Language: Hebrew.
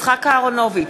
יצחק אהרונוביץ,